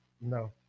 No